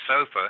sofa